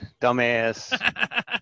dumbass